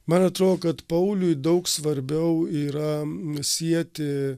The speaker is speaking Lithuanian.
man atrodo kad pauliui daug svarbiau yra sieti